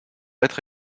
être